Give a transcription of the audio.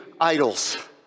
idols